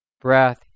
breath